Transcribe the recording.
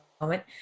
moment